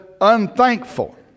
unthankful